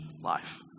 life